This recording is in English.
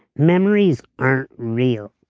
memories aren't real.